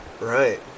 Right